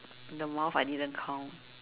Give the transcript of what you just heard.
the mouth I didn't count